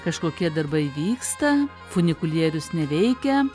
kažkokie darbai vyksta funikulierius neveikia